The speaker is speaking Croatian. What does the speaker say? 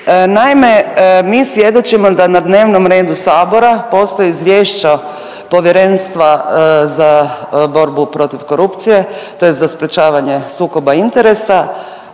Naime, mi svjedočimo da na dnevnom redu Sabora postoje izvješća povjerenstva za borbu protiv korupcije, tj. za sprječavanje sukoba interesa